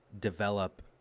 develop